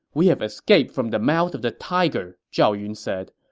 we have escaped from the mouth of the tiger, zhao yun said.